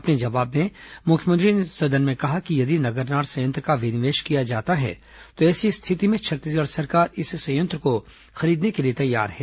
अपने जवाब में मुख्यमंत्री ने सदन में कहा कि यदि नगरनार संयंत्र का विनिवेश किया जाता है तो ऐसी स्थिति में छत्तीसगढ़ सरकार इस संयंत्र को खरीदने के लिए तैयार है